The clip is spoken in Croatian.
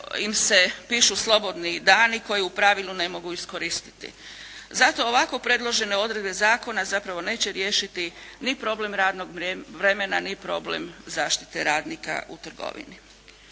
im se pišu slobodni dani koje u pravilu ne mogu iskoristiti. Zato ovako predložene odredbe zakona zapravo neće riješiti ni problem radnog vremena ni problem zaštite radnika u trgovini.